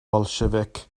bolsiefic